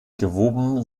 gewoben